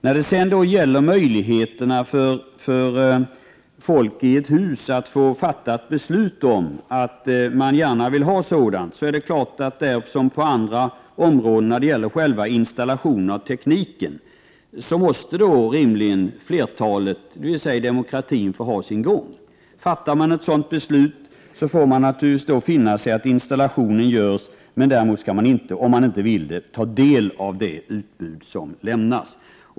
När det gäller möjligheterna för folk i ett hus som gärna vill ha kabel-TV att fatta beslut om installation av tekniken, är det självklart — där liksom på andra områden — att flertalet får bestämma, dvs. att demokratin har sin gång. Fattas ett sådant beslut får man naturligtvis finna sig i att installationen görs, men den som inte vill skall inte behöva ta del av utbudet.